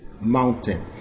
mountain